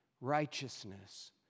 righteousness